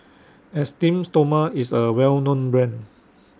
Esteem Stoma IS A Well known Brand